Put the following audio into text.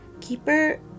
keeper